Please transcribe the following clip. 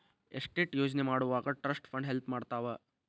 estate ಯೋಜನೆ ಮಾಡೊವಾಗ trust fund help ಮಾಡ್ತವಾ